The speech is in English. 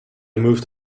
moved